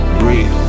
breathe